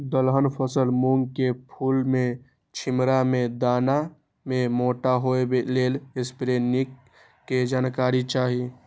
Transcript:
दलहन फसल मूँग के फुल में छिमरा में दाना के मोटा होय लेल स्प्रै निक के जानकारी चाही?